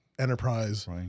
enterprise